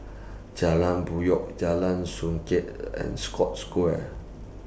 Jalan Puyoh Jalan Songket and Scotts Square